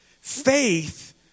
faith